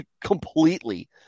completely